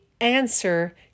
answer